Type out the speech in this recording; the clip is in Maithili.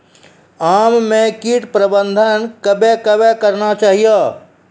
आम मे कीट प्रबंधन कबे कबे करना चाहिए?